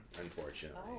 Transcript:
unfortunately